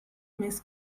més